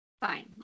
Fine